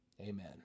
Amen